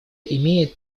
имеет